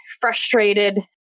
frustrated